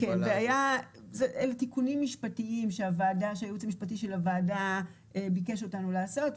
אלו תיקונים משפטיים שהייעוץ המשפטי של הוועדה ביקש אותנו לעשות,